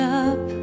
up